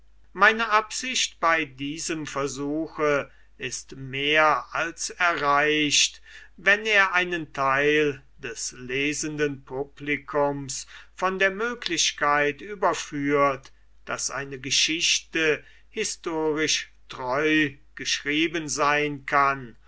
meine absicht bei diesem versuche ist mehr als erreicht wenn er einen theil des lesenden publikums von der möglichkeit überführt daß eine geschichte historisch treu geschrieben sein kann